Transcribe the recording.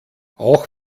auch